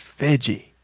veggie